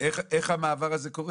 איך המעבר הזה קורה?